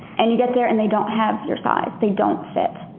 and you get there and they don't have your size. they don't fit.